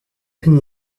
peine